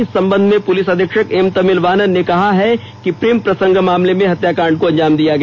इस संबंध में पुलिस अधीक्षक एम तमिल वानन ने कहा है कि प्रेम प्रसंग मामले में हत्याकांड को अंजाम दिया गया